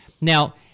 Now